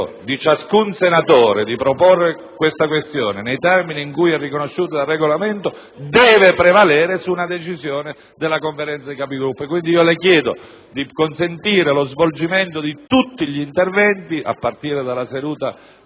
di ciascun senatore di proporre tale questione nei termini in cui ciò è riconosciuto dal Regolamento deve prevalere su una decisione della Conferenza dei Capigruppo. Pertanto, le chiedo di consentire lo svolgimento di tutti gli interventi a partire dalla seduta